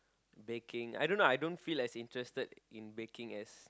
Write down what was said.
baking I don't know I don't feel as interested in baking as